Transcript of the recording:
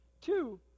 Two